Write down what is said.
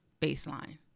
baseline